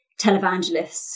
televangelists